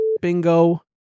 bingo